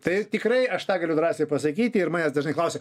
tai tikrai aš tą galiu drąsiai pasakyti ir manęs dažnai klausia